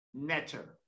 netter